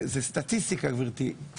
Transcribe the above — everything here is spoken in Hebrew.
זה סטטיסטיקה גברתי,